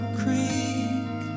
creek